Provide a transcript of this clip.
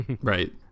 right